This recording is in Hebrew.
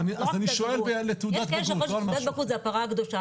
יש כאלה שחושבים שתעודת בגרות זו הפרה הקדושה,